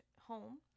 home